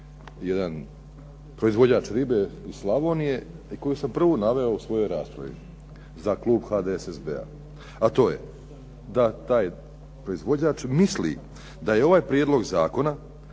jedan proizvođač ribe iz Slavonije i koju sam prvu naveo u svojoj raspravi za klub HDSSB-a, a to je da taj proizvođač misli da je ovaj prijedlog zakona